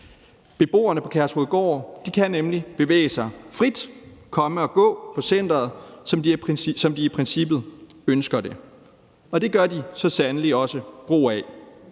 Beboerne på Kærshovedgård kan nemlig bevæge sig frit, i princippet komme og gå på centeret, som de ønsker det. Og det gør de så sandelig også brug af: